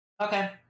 okay